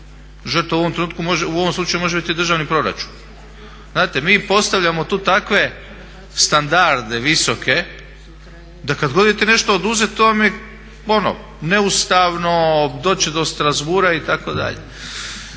Žrtva u ovom slučaju može biti državni proračun. Znate, mi postavljamo tu takve standarde visoke da kad god idete nešto oduzeti to vam je ono neustavno, doći će do Strasbourga itd.